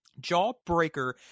jawbreaker